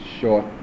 short